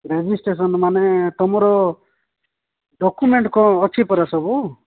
ରେଜିଷ୍ଟ୍ରେସନ୍ମାନେ ତୁମର ଡକ୍ୟୁମେଣ୍ଟ୍ କ'ଣ ଅଛି ପରା ସବୁ